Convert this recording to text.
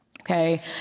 okay